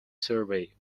survey